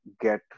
get